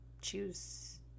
choose